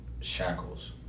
shackles